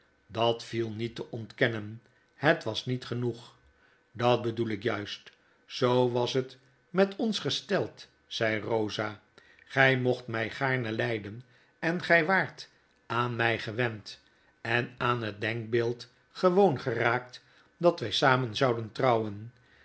dat viel niet te ontkennen het was niet genoeg dat bedoel ik juist zoo was het met ons gesteld zei bosa gy mocht my gaarne lijden en gij waart aan my gewend en aan het denkbeefd gewoon geraakt dat wy samen zouden trouwen